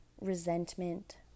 resentment